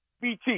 BT